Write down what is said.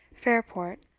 fairport,